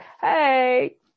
hey